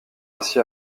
ainsi